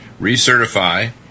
recertify